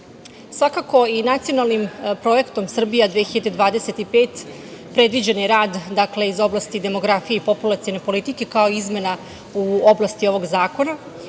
dodatak. Svakako i nacionalnim projektom „Srbija 2025“ predviđen je rad iz oblasti demografije i populacione politike, kao i izmena u oblasti ovog zakona.